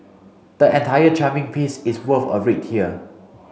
the entire charming piece is worth a read here